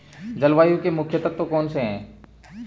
जलवायु के मुख्य तत्व कौनसे हैं?